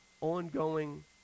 ongoing